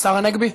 השר הנגבי?